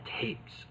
tapes